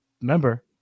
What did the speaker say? remember